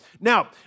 Now